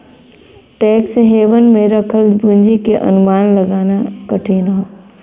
tax haven में रखल पूंजी क अनुमान लगाना कठिन हौ